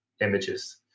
images